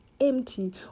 empty